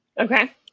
Okay